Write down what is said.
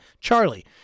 Charlie